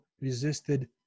resisted